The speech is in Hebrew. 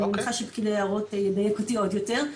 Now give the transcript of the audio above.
אני מניחה שפקיד היערות ידייק אותי עוד יותר.